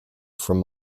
from